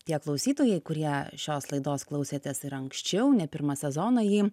tie klausytojai kurie šios laidos klausėtės ir anksčiau ne pirmą sezoną ji